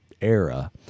era